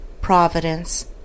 Providence